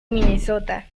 minnesota